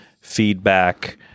feedback